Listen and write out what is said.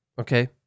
Okay